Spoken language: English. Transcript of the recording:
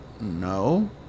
No